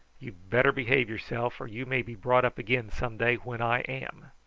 you'd better behave yourself, or you may be brought up again some day when i am.